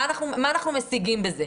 מה אנחנו משיגים בזה?